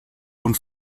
und